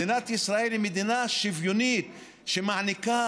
מדינת ישראל היא מדינה שוויונית שמעניקה